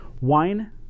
Wine